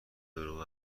دروغ